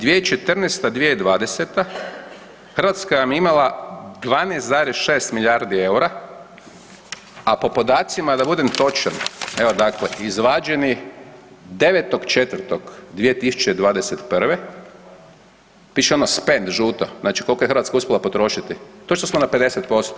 Znači 2014.-2020., Hrvatska vam je imala 12,6 milijardi EUR-a, a po podacima da budem točan, evo dakle izvađeni 9.4.2021., piše ono spend žuto, znači koliko je Hrvatska uspjela potrošiti, točno smo na 50%